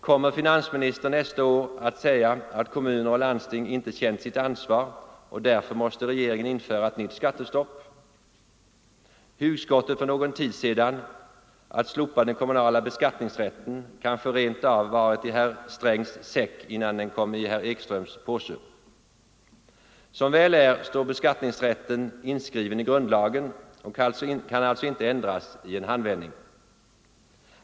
Kommer finansministern nästa år att säga att kommuner och landsting inte känt sitt ansvar och att regeringen därför måste införa ett nytt skattestopp? Hugskottet för någon tid sedan att slopa den kommunala beskattningsrätten kanske rent av varit i herr Strängs säck innan den kom i herr Ekströms påse? Som väl är står beskattningsrätten inskriven i grundlagen och kan alltså inte ändras i en handvändning.